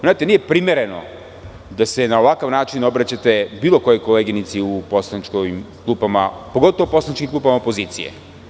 Znate, nije primereno da se na ovakav način obraćate bilo kojoj koleginici u poslaničkim klupama, pogotovo u poslaničkim klupama opozicije.